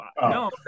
no